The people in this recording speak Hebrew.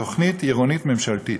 תוכנית עירונית ממשלתית.